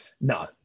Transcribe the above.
No